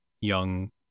young